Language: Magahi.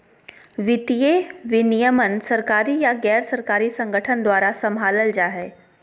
वित्तीय विनियमन सरकारी या गैर सरकारी संगठन द्वारा सम्भालल जा हय